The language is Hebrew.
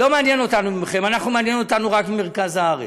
לא מעניין אותנו מכם, מעניין אותנו רק מרכז הארץ,